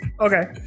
Okay